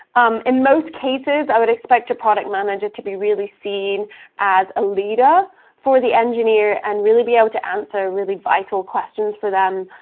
um in most cases, i would expect a product manager to be really seen as a leader for the engineer and really be able to answer really vital questions for them,